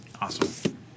Awesome